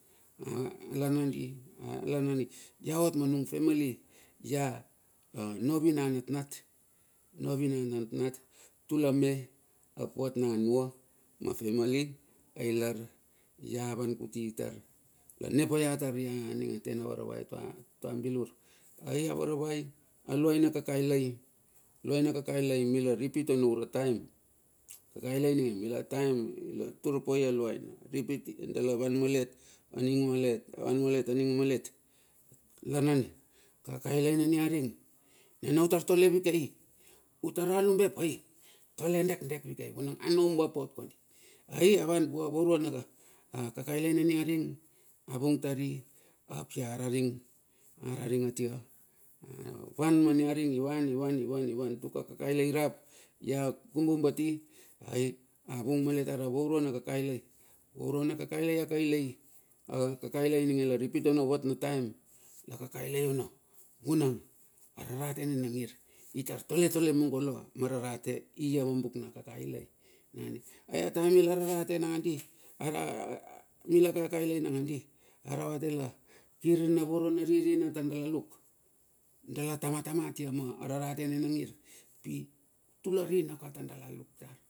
A lar nandi, lar nandi iaot manung family ia, novi na natnat, novi na natnat, tula me ap vat na nua ma family ailar, ia van kuti tar lane paia tar ia aninga tena varavai tua bilur. Ai a varavai a luaina kakailai a luaina kakailai mila ripit ono ura taem, tur pai aluaina ripit malet lar nandi na nau tar tole vakei utar alumbe pai tole dek dek vikei vunang ano umbap ot kondi ai avan utua ma kakailai na niaring a vung tari ap araring atia avan ma niaring tuk a kakailai irap a kumbu bat i ai a vung malet tar avaura na kakailai vaurua na kakailai ininge la ripit ono vat na taem la kakailai ono vunang ararate nina ngir itar toletole mungo la ma rarate ia ma book na kakailai ataem a mila kakailai lakandi araravate la kir na voro na ririna tar dala luk dala tamtama atia ma rarate nina ngir.